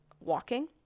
walking